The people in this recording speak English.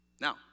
Now